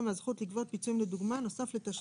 לגבי נכה צה"ל.